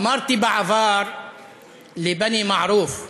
אמרתי בעבר (אומר בערבית: